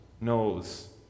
knows